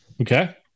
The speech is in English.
Okay